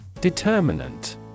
Determinant